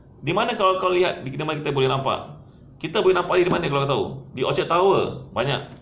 di mana kalau kau lihat di mana kita boleh nampak kita boleh nampak dekat mana kau tahu di orchard tower banyak